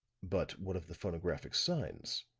but what of the phonographic signs?